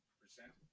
present